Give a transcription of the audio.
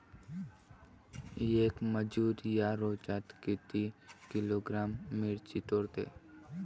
येक मजूर या रोजात किती किलोग्रॅम मिरची तोडते?